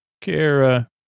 Kara